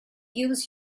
use